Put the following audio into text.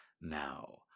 Now